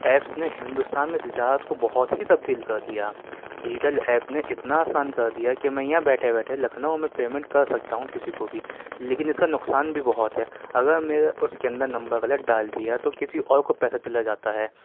apps نے ہندوستان میں تجارت کو بہت ہی تبدیل کر دیا ڈیجیٹل ایپ نے اتنا آسان کر دیا کہ میں یہاں بیٹھے بیٹھے لکھنؤ میں پیمنٹ کر سکتا ہوں کسی کو بھی لیکن اس کا نقصان بھی بہت ہے اگر میرا اس کے اندر نمبر غلط ڈال دیا تو کسی اور کو پیسہ چلا جاتا ہے